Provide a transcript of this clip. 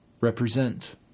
represent